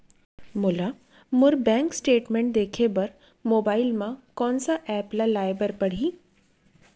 मोला मोर bank statement देखे बर मोबाइल मा कोन सा एप ला लाए बर परही?